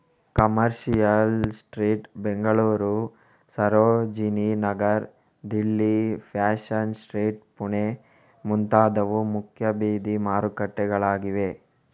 commercial street Bengaluru, Sarojini Nagar Delhi, fashion street Pune ಮುಂತಾದವು ಮುಖ್ಯ ಬೀದಿ ಮಾರುಕಟ್ಟೆಗಳಾಗಿವೆ